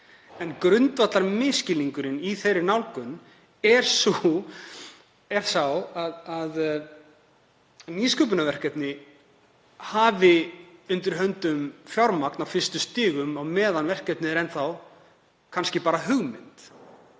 En grundvallarmisskilningurinn í þeirri nálgun er sá að nýsköpunarverkefni hafi fjármagn á fyrstu stigum til þess á meðan verkefnið er enn þá kannski bara hugmynd.